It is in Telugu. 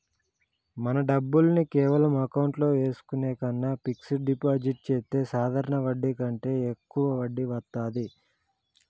మన డబ్బుల్ని కేవలం అకౌంట్లో ఏసుకునే కన్నా ఫిక్సడ్ డిపాజిట్ చెత్తే సాధారణ వడ్డీ కంటే యెక్కువ వడ్డీ వత్తాది